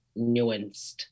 nuanced